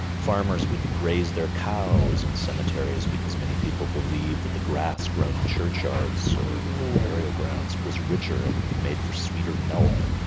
farmers would graze their cows in cemeteries because many people believed that the grass grown in churchyards or or burial grounds was richer and made for sweeter milk.